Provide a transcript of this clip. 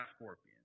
Scorpion